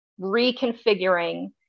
reconfiguring